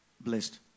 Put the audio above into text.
blessed